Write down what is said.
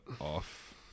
off